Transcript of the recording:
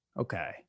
Okay